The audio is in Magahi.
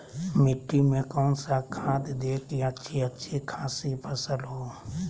मिट्टी में कौन सा खाद दे की अच्छी अच्छी खासी फसल हो?